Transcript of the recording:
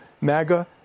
MAGA